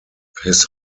his